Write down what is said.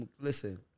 listen